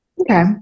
Okay